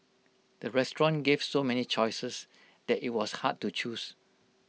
the restaurant gave so many choices that IT was hard to choose